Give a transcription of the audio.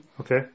okay